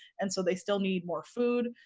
and so they still need more food.